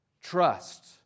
Trust